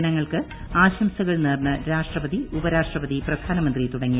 ജനങ്ങൾക്ക് ആശംസകൾ നേർന്ന് രാഷ്ട്രപതി ഉപരാഷ്ട്രപതി പ്രധാനമന്ത്രി തുടങ്ങിയവർ